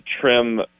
trim